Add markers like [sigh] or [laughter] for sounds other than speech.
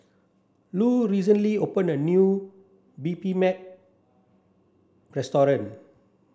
Lu recently opened a new Bibimbap [unintelligible]